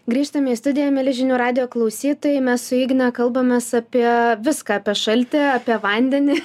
grįžtame į studiją mieli žinių radijo klausytojai mes su igne kalbamės apie viską apie šaltį apie vandenį